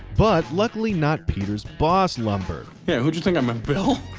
but luckily, not peter's boss lumbergh. yeah, who'd you think i meant, bill?